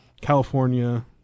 California